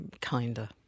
kinder